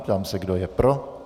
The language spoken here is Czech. Ptám se, kdo je pro.